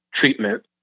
treatment